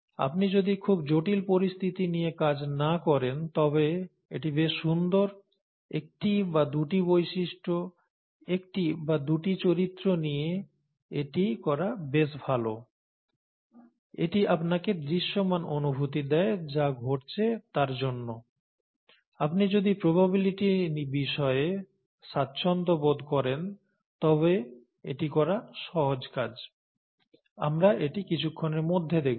আপনি যদি খুব জটিল পরিস্থিতি নিয়ে কাজ না করেন তবে এটি বেশ সুন্দর একটি বা দুটি বৈশিষ্ট্য একটি বা দুটি চরিত্র নিয়ে এটি করা বেশ ভাল এটি আপনাকে দৃশ্যমান অনুভূতি দেয় যা ঘটছে তার জন্য আপনি যদি প্রবাবিলিটি বিষয়ে স্বাচ্ছন্দ্য বোধ করেন তবে এটি করা সহজ কাজ আমরা এটি কিছুক্ষণের মধ্যে দেখব